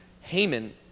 Haman